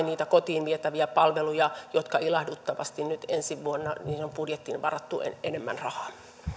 niitä kotiin vietäviä palveluja joihin ilahduttavasti nyt ensi vuoden budjettiin on varattu enemmän rahaa